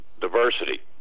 diversity